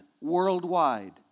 worldwide